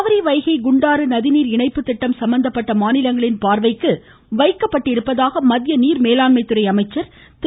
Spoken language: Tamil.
காவிரி வைகை குண்டாறு நதிநீர் இணைப்பு திட்டம் சம்மந்தப்பட்ட மாநிலங்களின் பார்வைக்கு வைக்கப்பட்டுள்ளதாக மத்திய நீர் மேலாண்மை துறை அமைச்சர் திரு